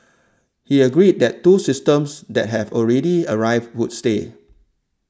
he agreed that two systems that have already arrived would stay